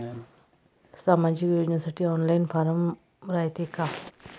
सामाजिक योजनेसाठी online form रायते का?